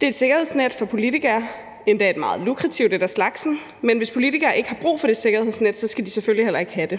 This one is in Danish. Det er et sikkerhedsnet for politikere, endda et meget lukrativt et af slagsen, men hvis politikere ikke har brug for det sikkerhedsnet, så skal de selvfølgelig heller ikke have det.